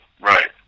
Right